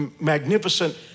magnificent